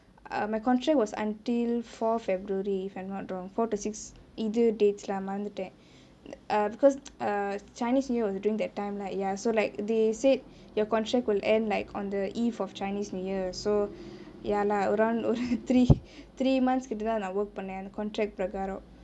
err my contract was until fourth february if I'm not wrong fourth or sixth either dates lah மறந்துட்டே:marathutte err because err chinese new year was during that time right ya so like they said your contract will end like on the eve of chinese new year so ya lah around ஒரு:oru three three months கிட்டதா நா:kittethaa naa work பண்ண:pannae contract ப்ரகாரோ:pragaaro